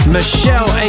Michelle